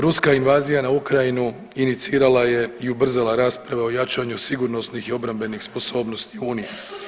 Ruska invazija na Ukrajinu inicirala je i ubrzala raspravu o jačanju sigurnosnih i obrambenih sposobnosti unije.